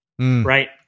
right